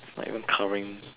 it's not even covering